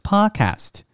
Podcast